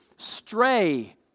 Stray